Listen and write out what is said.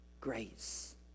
grace